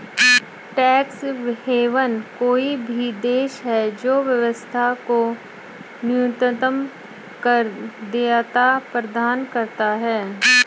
tax haven कोई भी देश है जो व्यवसाय को न्यूनतम कर देयता प्रदान करता है